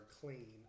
clean